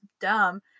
dumb